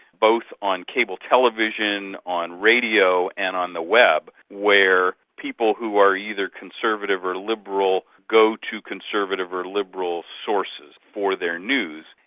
both on cable television, on radio and on the web, where people who are either conservative or liberal go to conservative or liberal sources for their news,